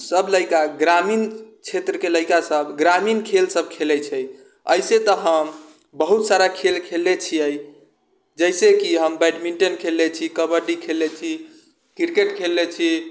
सभ लड़िका ग्रामीण क्षेत्रके लड़िका सभ ग्रामीण खेल सभ खेलै छै अइसे तऽ हम बहुत सारा खेल खेलले छियै जैसे कि हम बैडमिन्टन खेलले छी कबड्डी खेललै छी क्रिकेट खेलले छी